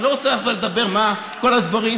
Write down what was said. אני לא רוצה לדבר על כל הדברים.